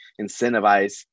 incentivize